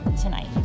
tonight